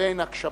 לבין הגשמה.